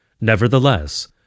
Nevertheless